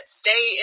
stay